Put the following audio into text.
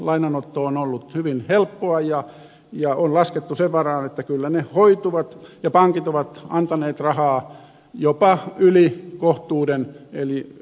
lainanotto on ollut hyvin helppoa ja on laskettu sen varaan että kyllä ne hoituvat ja pankit ovat antaneet rahaa jopa yli kohtuuden eli lainansaajan maksukyvyn